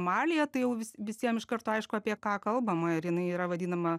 amalija tai jau vis visiem iš karto aišku apie ką kalbama ir jinai yra vadinama